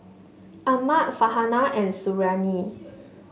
Ahmad Farhanah and Suriani